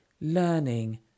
learning